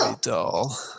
dull